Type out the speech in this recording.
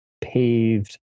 paved